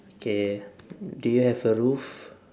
K do you have a roof